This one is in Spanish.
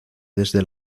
desde